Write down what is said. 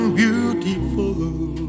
beautiful